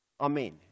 Amen